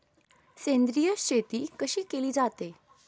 सेंद्रिय शेती कशी केली जाते?